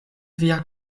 via